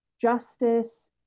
justice